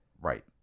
right